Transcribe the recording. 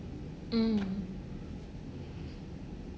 mm